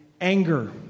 anger